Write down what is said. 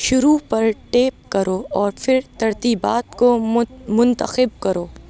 شروع پر ٹیپ کرو اور پھر ترتیبات کو منتخب کرو